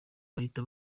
bahita